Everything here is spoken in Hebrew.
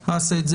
אני אעשה זאת.